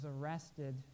arrested